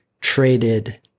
traded